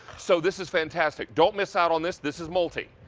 so this is fantastic. don't miss out on this. this is multi.